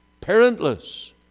parentless